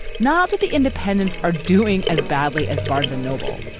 now that the independents are doing as badly as barnes and noble,